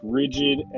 rigid